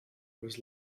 was